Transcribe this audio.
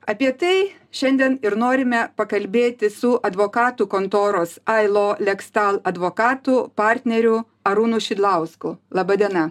apie tai šiandien ir norime pakalbėti su advokatų kontoros ailo lekstal advokatu partneriu arūnu šidlausku laba diena